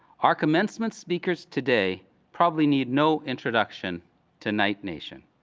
our commencement speakers today probably need no introduction to knight nation.